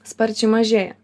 sparčiai mažėja